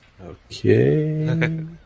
Okay